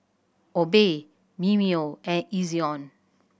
Obey Mimeo and Ezion